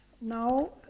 Now